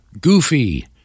Goofy